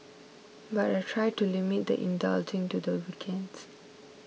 but I try to limit the indulging to the weekends